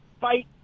fight